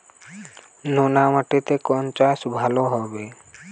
নোনা মাটিতে কোন চাষ ভালো হবে?